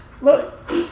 Look